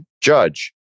Judge